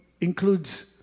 includes